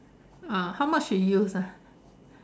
ah how much he use ah